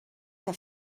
que